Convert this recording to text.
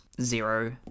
zero